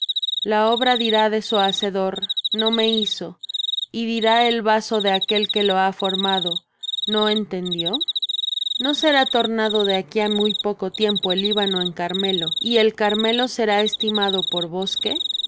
la obra dirá de su hacedor no me hizo y dirá el vaso de aquel que lo ha formado no entendió no será tornado de aquí á muy poco tiempo el líbano en carmelo y el carmelo será estimado por bosque